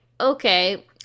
okay